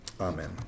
Amen